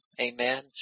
Amen